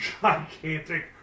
gigantic